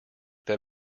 that